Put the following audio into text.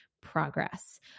progress